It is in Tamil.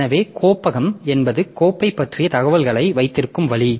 எனவே கோப்பகம் என்பது கோப்பைப் பற்றிய தகவல்களை வைத்திருக்கும் வழி